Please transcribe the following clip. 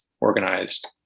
organized